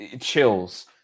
chills